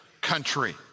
country